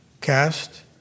Cast